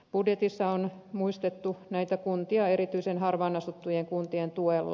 budjetissa on muistettu näitä kuntia erityisen harvaanasuttujen kuntien tuella